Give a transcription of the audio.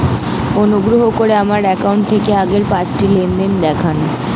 অনুগ্রহ করে আমার অ্যাকাউন্ট থেকে আগের পাঁচটি লেনদেন দেখান